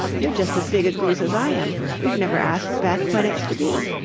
you're just as big a goose as i am. we've never asked beth when it's to be.